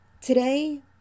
Today